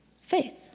faith